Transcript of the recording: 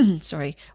sorry